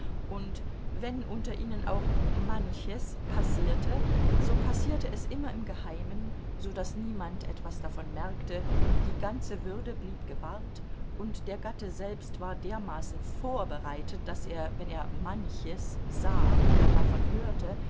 und wenn unter ihnen auch manches passierte so passierte es immer im geheimen so daß niemand etwas davon merkte die ganze würde blieb gewahrt und der gatte selbst war dermaßen vorbereitet daß er wenn er manches sah oder davon hörte